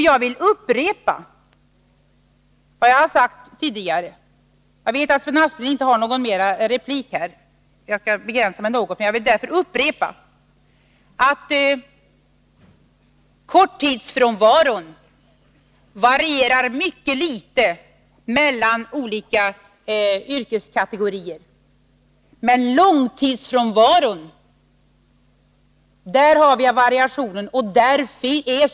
Jag vet att Sven Aspling inte har någon mer replik, och jag skall begränsa mig något, men jag vill upprepa vad jag har sagt tidigare: Korttidsfrånvaron varierar mycket litet mellan olika yrkeskategorier, men i fråga om långtidsfrånvaron finns det variationer.